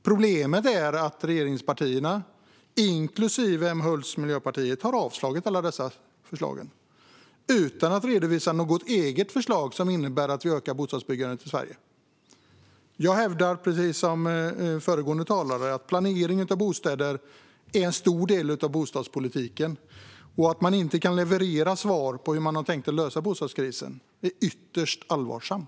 Problemet är att regeringspartierna, inklusive Emma Hults Miljöpartiet, har avslagit alla dessa förslag - utan att redovisa något eget förslag som innebär att vi ökar bostadsbyggandet i Sverige. Jag hävdar, precis som föregående talare, att planering av bostäder är en stor del av bostadspolitiken. Att regeringen inte kan leverera svar på hur man har tänkt lösa bostadskrisen är ytterst allvarligt.